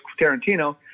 Tarantino